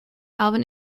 alvin